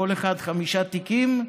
כל אחד חמישה תיקים,